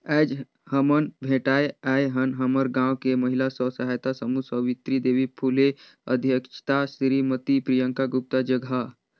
आयज हमन भेटाय आय हन हमर गांव के महिला स्व सहायता समूह सवित्री देवी फूले अध्यक्छता सिरीमती प्रियंका गुप्ता जघा